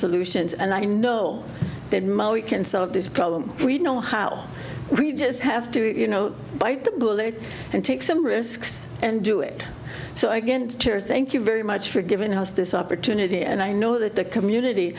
solutions and i know that ma we can solve this problem we know how we just have to you know bite the bullet and take some risks and do it so against terror thank you very much for giving us this opportunity and i know that the community